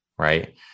right